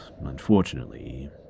unfortunately